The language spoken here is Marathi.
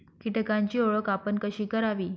कीटकांची ओळख आपण कशी करावी?